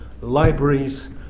libraries